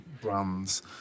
brands